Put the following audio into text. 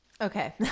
Okay